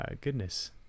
Goodness